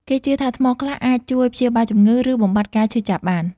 គេជឿថាថ្មខ្លះអាចជួយព្យាបាលជំងឺ ឬបំបាត់ការឈឺចាប់បាន។